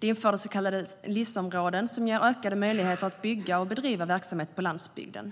Vi införde så kallade LIS-områden, som ger ökade möjligheter att bygga och bedriva verksamhet på landsbygden.